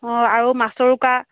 অঁ আৰু মাছৰোকা